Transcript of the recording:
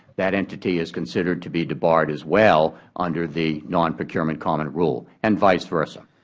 that entity is considered to be debarred as well under the non-procurement common rule and vice versa.